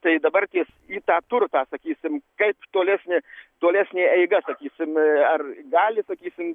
tai dabar į tą turtą sakysim kaip tolesnė tolesnė eiga sakysim ar gali sakysim